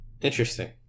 Interesting